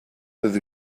with